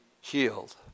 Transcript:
healed